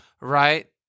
Right